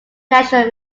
national